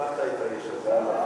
קיפחת את האיש הזה.